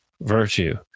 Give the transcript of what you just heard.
virtue